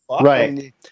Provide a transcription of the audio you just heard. Right